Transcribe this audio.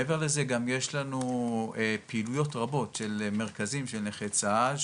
מעבר לזה גם יש לנו פעילויות רבות של מרכזים של נכי צה"ל.